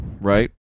right